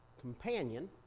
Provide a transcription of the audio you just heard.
companion